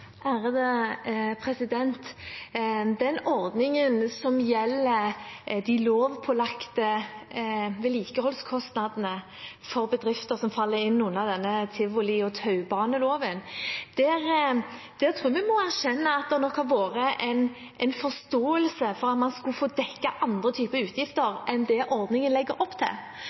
som gjelder de lovpålagte vedlikeholdskostnadene for bedrifter som faller inn under denne tivoliloven og taubaneloven, tror jeg nok vi må erkjenne at det nok har vært en forståelse av at man skulle få dekket andre typer utgifter enn det ordningen legger opp til.